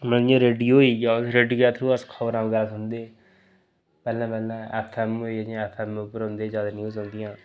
मतलब जि'यां रेडियो होई गेआ रेडियो दे थ्रू अस खबरां सुनदे हे पैह्लें पैह्लें ऐफ्फऐम्म होई गेआ एह्दे पर बी न्यूज़ औंदियां हियां